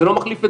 זה לא מחליף את